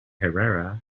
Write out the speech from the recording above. herrera